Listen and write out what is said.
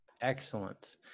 Excellent